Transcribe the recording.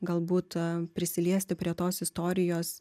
galbūt prisiliesti prie tos istorijos